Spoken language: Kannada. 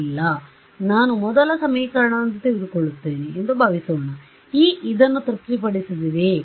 ಇಲ್ಲ ನಾನು ಮೊದಲ ಸಮೀಕರಣವನ್ನು ತೆಗೆದುಕೊಳ್ಳುತ್ತೇನೆ ಎಂದು ಭಾವಿಸೋಣ E ಇದನ್ನು ತೃಪ್ತಿಪಡಿಸುತ್ತದೆಯೇ